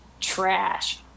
trash